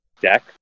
deck